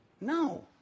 No